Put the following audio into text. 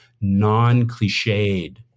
non-cliched